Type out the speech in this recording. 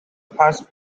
first